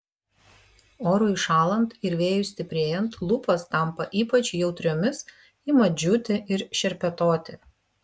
orui šąlant ir vėjui stiprėjant lūpos tampa ypač jautriomis ima džiūti ir šerpetoti